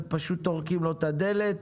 ופשוט טורקים לו את הדלת.